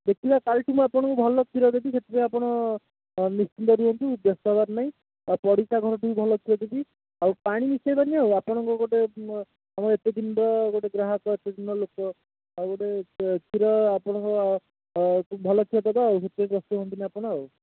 ଦେଖିବା କାଲିଠୁ ମୁଁ ଆପଣଙ୍କୁ ଭଲ କ୍ଷୀର ଦେବି ସେଥିପାଇଁ ଆପଣ ନିଶ୍ଚିତ ରୁହନ୍ତୁ ବ୍ୟସ୍ତ ହବାର ନାହିଁ ପଡ଼ିଶା ଘରଠୁ ବି ଭଲ କ୍ଷୀର ଦେବି ଆଉ ପାଣି ମିଶାଇବାନି ଆଉ ଆପଣଙ୍କର ଗୋଟେ ଏତେ ଦିନର ଗୋଟେ ଗ୍ରାହକ ଏତେ ଦିନର ଲୋକ ଆଉ ଗୋଟେ କ୍ଷୀର ଆପଣଙ୍କ ଭଲ କ୍ଷୀର ଦେବା ଆଉ ସେଥିପାଇଁ ବ୍ୟସ୍ତ ହୁଅନ୍ତୁନି ଆପଣ ଆଉ